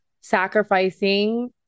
sacrificing